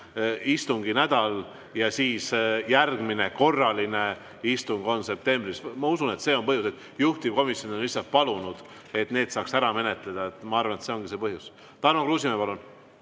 istunginädal ja järgmine korraline istung on [alles] septembris. Ma usun, et see on põhjus, miks juhtivkomisjon on palunud, et need saaks ära menetleda. Ma arvan, et see ongi see põhjus. Tarmo Kruusimäe, palun!